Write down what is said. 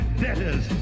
debtors